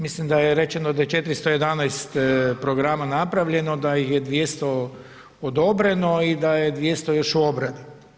Mislim da je rečeno da je 411 programa napravljeno da ih je 200 odobreno i da je 200 još u obradi.